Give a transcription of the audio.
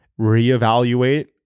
reevaluate